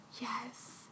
Yes